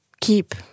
keep